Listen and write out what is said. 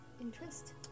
Interest